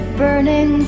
burning